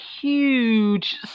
huge